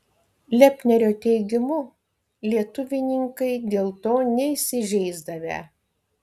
lepnerio teigimu lietuvininkai dėl to neįsižeisdavę